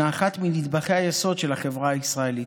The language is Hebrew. אחד מנדבכי היסוד של החברה הישראלית.